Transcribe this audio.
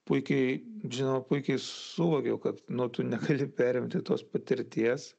puikiai žinau puikiai suvokiau kad nu tu negali perimti tos patirties